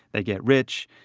they get rich,